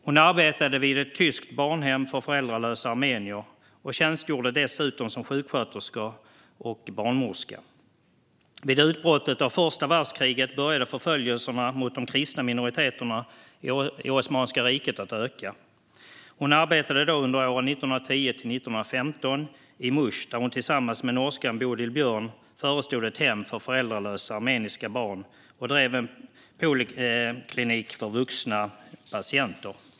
Hon arbetade vid ett tyskt barnhem för föräldralösa armenier och tjänstgjorde dessutom som sjuksköterska och barnmorska. Vid utbrottet av första världskriget började förföljelserna mot de kristna minoriteterna i Osmanska riket att öka. Hon arbetade under åren 1910-1915 i Mush, där hon tillsammans med norskan Bodil Biørn förestod ett hem för föräldralösa armeniska barn och drev en poliklinik för vuxna patienter.